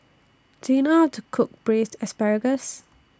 Do YOU know How to Cook Braised Asparagus